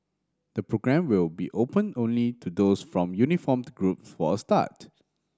the programme will be open only to those from uniformed group forth start